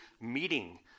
meeting